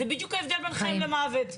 זה בדיוק ההבדל בין חיים למוות,